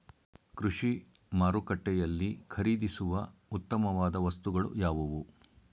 ಕೃಷಿ ಮಾರುಕಟ್ಟೆಯಲ್ಲಿ ಖರೀದಿಸುವ ಉತ್ತಮವಾದ ವಸ್ತುಗಳು ಯಾವುವು?